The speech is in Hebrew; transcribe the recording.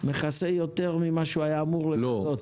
מכסה יותר ממה שהוא היה אמור לכסות.